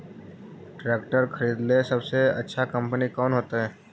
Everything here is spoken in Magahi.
ट्रैक्टर खरीदेला सबसे अच्छा कंपनी कौन होतई?